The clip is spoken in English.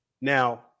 Now